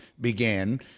began